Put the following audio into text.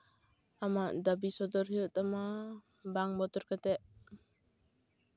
ᱟᱢᱟᱜ ᱫᱟᱹᱵᱤ ᱥᱚᱫᱚᱨ ᱦᱩᱭᱩᱜ ᱛᱟᱢᱟ ᱵᱟᱝ ᱵᱚᱛᱚᱨ ᱠᱟᱛᱮ